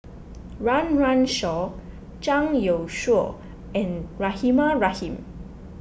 Run Run Shaw Zhang Youshuo and Rahimah Rahim